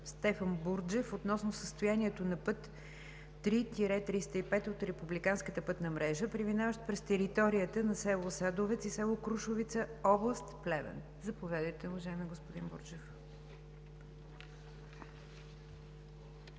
Стефан Бурджев относно състоянието на път III-305 от републиканската пътна мрежа, преминаващ през територията на село Садовец и село Крушовица, област Плевен. Заповядайте, уважаеми господин Бурджев.